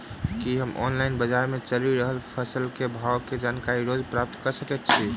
की हम ऑनलाइन, बजार मे चलि रहल फसलक भाव केँ जानकारी रोज प्राप्त कऽ सकैत छी?